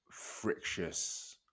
frictious